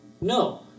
No